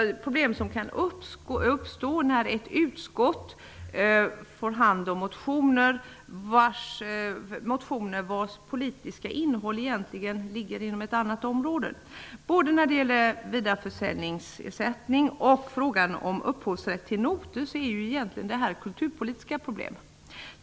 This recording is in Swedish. Det är det problem som kan uppstå när ett utskott skall behandla motioner vars politiska innehåll egentligen ligger inom ett annat utskotts område. Både frågan om vidareförsäljningsersättning och frågan om upphovsrätten till noter är ju egentligen kulturpolitiska problem.